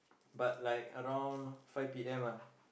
but like around five P_M